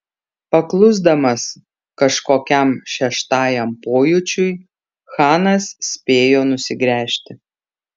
paklusdamas kažkokiam šeštajam pojūčiui chanas spėjo nusigręžti